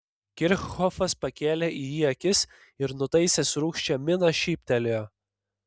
kirchhofas pakėlė į jį akis ir nutaisęs rūgščią miną šyptelėjo